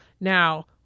Now